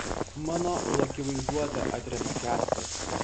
mano laki vaizduotė atremia kęstas